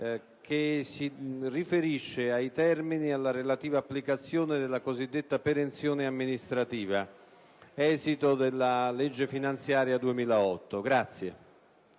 che si riferisce ai termini e alla relativa applicazione della cosiddetta perenzione amministrativa, esito della legge finanziaria 2008.